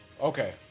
Okay